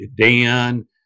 Dan